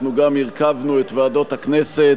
אנחנו גם הרכבנו את ועדות הכנסת